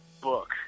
book